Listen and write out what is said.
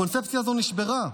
הקונספציה הזו נשברה.